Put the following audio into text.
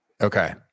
Okay